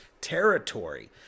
territory